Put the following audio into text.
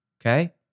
okay